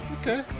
Okay